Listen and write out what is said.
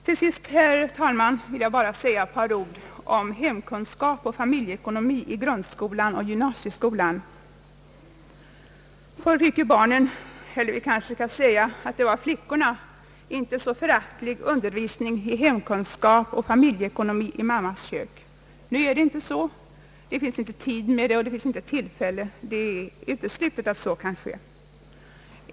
Till sist, herr talman, vill jag bara säga ett par ord om hemkunskap och familjeekonomi i grundskolan och gymnasieskolan. Förr fick barnen, åtminstone flickorna, en inte så föraktlig undervisning i bkemkunskap och familjeekonomi i mammas kök. Nu är det inte så. Det finns inte tid eller tillfälle, och det är uteslutet att så kan ske.